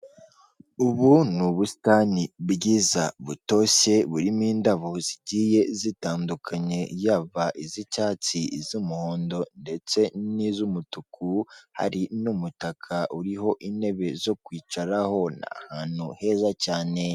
Ubu ni ubusitani bwiza butoshye burimo indabo zigiye zitandukanye yaba iz'icyatsi iz'umuhondo ndetse n'izumutuku hari n'umutaka uriho intebe zo kwicaraho ni ahantu heza cyane.